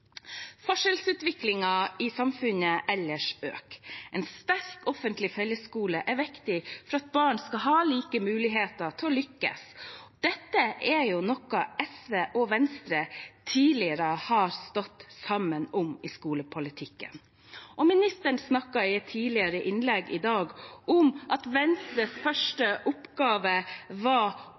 i samfunnet ellers øker. En sterk offentlig fellesskole er viktig for at barn skal ha like muligheter til å lykkes. Dette er noe SV og Venstre tidligere har stått sammen om i skolepolitikken. Ministeren snakket i et tidligere innlegg i dag om at Venstres første oppgave var